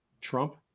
Trump